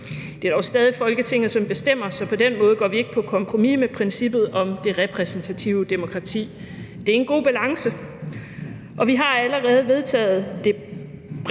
Det er dog stadig Folketinget, som bestemmer, så på den måde går vi ikke på kompromis med princippet om det repræsentative demokrati. Det er en god balance, og vi har allerede vedtaget det bredt